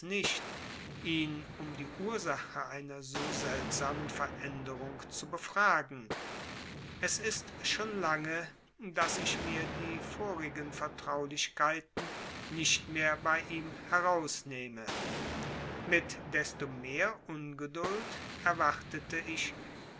nicht ihn um die ursache einer so seltsamen veränderung zu befragen es ist schon lange daß ich mir die vorigen vertraulichkeiten nicht mehr bei ihm herausnehme mit desto mehr ungeduld erwartete ich